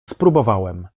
spróbowałem